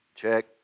Check